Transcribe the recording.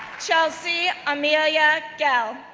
chelsea amelia gell,